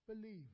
believe